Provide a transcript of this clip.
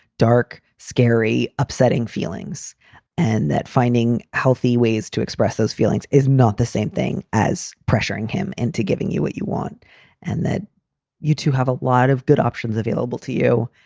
dark, scary, upsetting feelings and that finding healthy ways to express those feelings is not the same thing as pressuring him into giving you what you want and that you two have a lot of good options available to you.